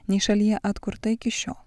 nei šalyje atkurta iki šiol